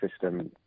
system